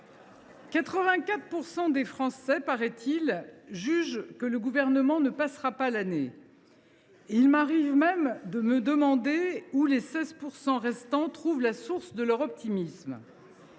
84 % des Français, paraît il, jugent que le Gouvernement ne passera pas l’année. Il m’arrive même de me demander où les 16 % restants trouvent la source de leur optimisme